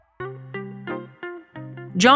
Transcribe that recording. John